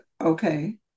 okay